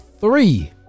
three